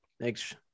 Thanks